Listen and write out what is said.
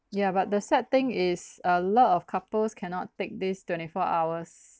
ya but the sad thing is a lot of couples cannot take this twenty four hours